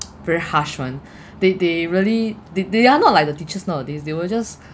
very harsh [one] they they really they they are not like the teachers nowadays they will just